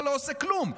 אבל לא עושה כלום.